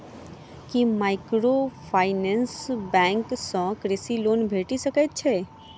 की microfinance bank सँ कृषि loan भेटि सकैत अछि?